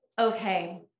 Okay